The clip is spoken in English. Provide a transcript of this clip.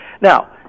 Now